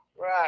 Right